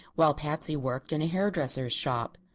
while patsy worked in a hair-dresser's shop.